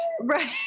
Right